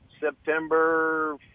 September